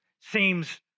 seems